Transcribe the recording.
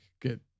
get